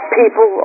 people